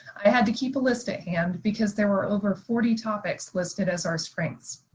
i had to keep a list at hand because there were over forty topics listed as our strengths.